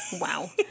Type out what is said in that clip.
Wow